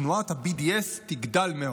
שתנועת ה-BDS תגדל מאוד.